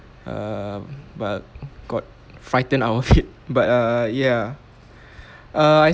um but got frightened out of it but err ya err